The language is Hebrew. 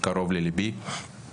תודה לך, אדוני היושב-ראש.